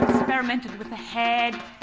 experimented with the head.